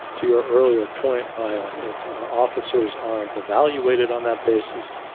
to your earlier point, maya, if officers aren't evaluated on that basis,